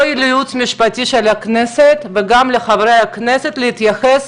לא לייעוץ המשפטי של הכנסת וגם לחברי הכנסת להתייחס